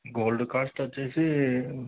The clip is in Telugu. గోల్డ్ కాస్ట్ వచ్చి